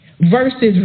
versus